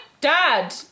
dad